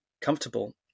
comfortable